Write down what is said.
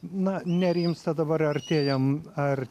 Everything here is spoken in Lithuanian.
na nerimsta dabar artėjam ar